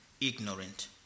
ignorant